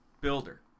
builder